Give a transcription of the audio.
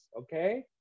okay